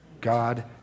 God